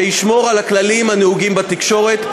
שישמור על הכללים הנהוגים בתקשורת,